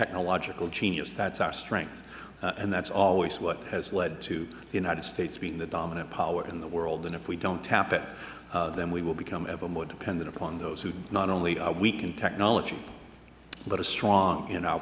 technological genius that is our strength and that is always what has led to the united states being the dominant power in the world and if we don't tap it then we will become ever more dependent upon those who not only are weak in technology but are strong in our